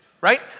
right